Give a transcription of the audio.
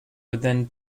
within